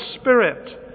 spirit